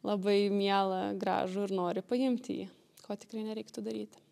labai mielą gražų ir nori paimti jį ko tikrai nereiktų daryti